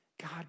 God